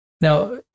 now